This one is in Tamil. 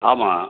ஆமாம்